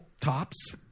tops